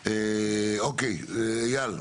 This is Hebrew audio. אוקיי, אייל.